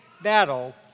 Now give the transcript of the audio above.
battle